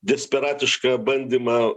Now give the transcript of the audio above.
desperatišką bandymą